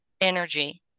energy